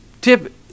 tip